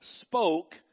spoke